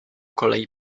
kolei